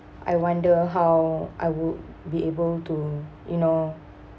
I wonder how I would be able to you know